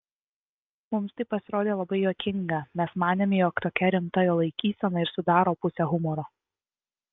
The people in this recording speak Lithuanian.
mums tai pasirodė labai juokinga mes manėme jog tokia rimta jo laikysena ir sudaro pusę humoro